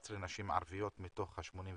11 נשים ערביות מתוך ה-83.